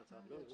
ברור